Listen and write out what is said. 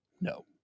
no